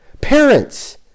parents